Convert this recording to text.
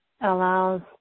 allows